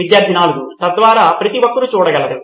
విద్యార్థి 4 తద్వారా ప్రతి ఒక్కరూ చూడగలరు